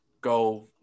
go